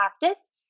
practice